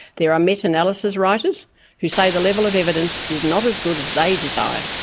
there are met-analysis writers who say the level of evidence is not as good as they desire.